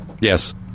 Yes